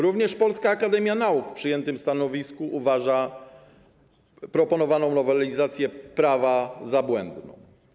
Również Polska Akademia Nauk w przyjętym stanowisku uważa proponowaną nowelizację prawa za błędną.